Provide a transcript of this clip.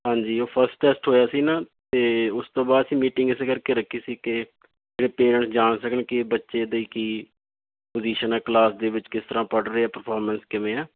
ਹਾਂਜੀ ਉਹ first test ਹੋਇਆ ਸੀ ਨਾ ਅਤੇ ਉਸ ਤੋਂ ਬਾਅਦ ਅਸੀਂ ਮੀਟਿੰਗ ਇਸ ਕਰਕੇ ਰੱਖੀ ਸੀ ਕਿ ਜਿਹੜੇ ਪਰੇਂਟਸ ਜਾਣ ਸਕਣ ਕਿ ਬੱਚੇ ਦੀ ਕੀ ਪੋਜੀਸ਼ਨ ਆ ਕਲਾਸ ਦੇ ਵਿੱਚ ਕਿਸ ਤਰ੍ਹਾਂ ਪੜ੍ਹ ਰਹੇ ਆ ਪਰਫੋਰਮੈਂਸ ਕਿਵੇਂ ਆ